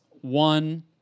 one